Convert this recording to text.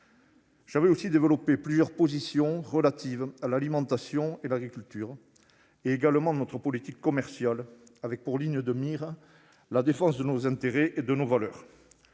j'ai aussi défendu plusieurs propositions relatives à l'alimentation et à l'agriculture, ainsi qu'à notre politique commerciale, avec pour ligne de mire la défense de nos intérêts et de nos valeurs.